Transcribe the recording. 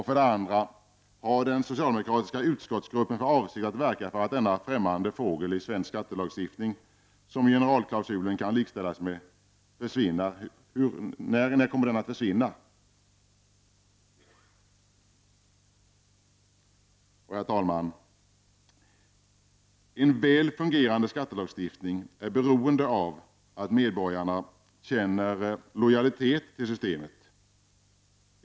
För det andra: Har den socialdemokratiska utskottsgruppen för avsikt att verka för att denna främmande fågel i svensk skattelagstiftning, som generalklausulen innebär, försvinner? Och när kommer den att försvinna? Herr talman! En väl fungerande skattelagstiftning är beroende av att medborgarna känner lojalitet mot systemet.